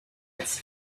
its